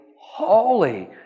holy